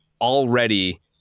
Already